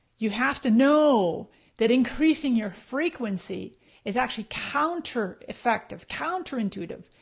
you have to know that increasing your frequency is actually counter effective, counter intuitive.